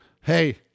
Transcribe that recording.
hey